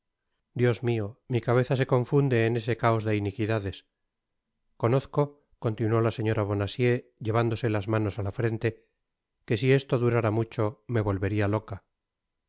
dios mio mi cabeza se confunde en ese caos de iniquidades conozco continuó la señora bonacieux llevándose las manos á la frente que si esto durara mucho me volveria loca